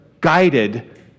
guided